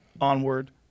onward